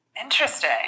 Interesting